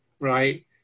right